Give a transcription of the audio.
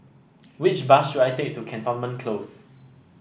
which bus should I take to Cantonment Close